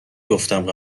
گفتم